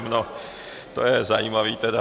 No to je zajímavé tedy.